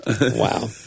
wow